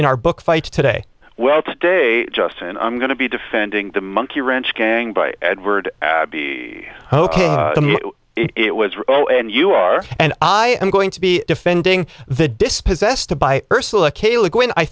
in our book fight today well today justin i'm going to be defending the monkey wrench gang by edward abbey ok it was real and you are and i am going to be defending the dispossessed by ursula